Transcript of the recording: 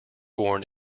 born